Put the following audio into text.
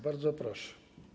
Bardzo proszę.